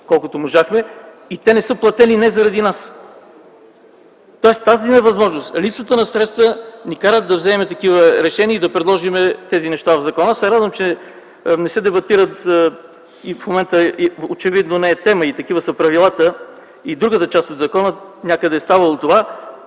колкото можахме, и те не са платени не заради нас. Тази невъзможност, липсата на средства, ни кара да вземаме такива решения и да предложим тези неща в закона. Аз се радвам, че не се дебатират и в момента очевидно не е тема. Такива са правилата и другата част на закона. Някъде е ставало това.